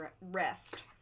rest